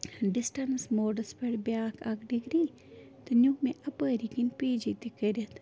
distance موڈَس پٮ۪ٹھ بیٛاکھ اَکھ ڈِگری تہٕ نیوٗ مےٚ اَپٲری کِنۍ پی جی تہِ کٔرِتھ